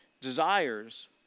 Desires